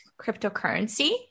cryptocurrency